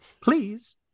Please